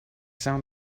sound